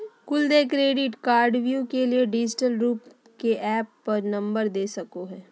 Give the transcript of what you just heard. कुल देय क्रेडिट कार्डव्यू के लिए डिजिटल रूप के ऐप पर नंबर दे सको हइ